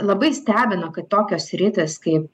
labai stebino kad tokios sritys kaip